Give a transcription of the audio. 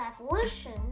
revolution